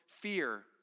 fear